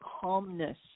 calmness